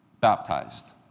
baptized